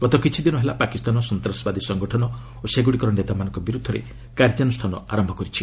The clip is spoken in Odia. ଗତ କିଛିଦିନ ହେଲା ପାକିସ୍ତାନ ସନ୍ତାସବାଦୀ ସଂଗଠନ ଓ ସେଗୁଡ଼ିକର ନେତାମାନଙ୍କ ବିରୁଦ୍ଧରେ କାର୍ଯ୍ୟାନୁଷ୍ଠାନ ଆରମ୍ଭ କରିଛି